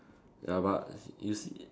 ya but you see